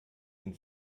den